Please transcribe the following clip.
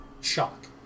shock